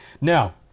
Now